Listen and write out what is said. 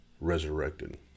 resurrected